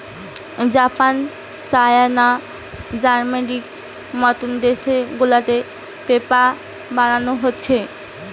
Japan, China, জার্মানির মত দেশ গুলাতে পেপার বানানো হতিছে